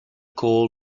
coal